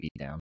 beatdown